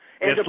Yes